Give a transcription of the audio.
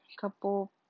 couple